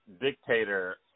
dictator